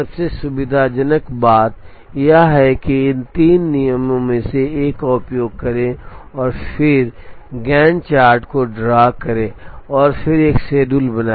सबसे सुविधाजनक बात यह है कि इन तीन नियमों में से एक का उपयोग करें और फिर गैंट चार्ट को ड्रा करें और एक शेड्यूल बनाएं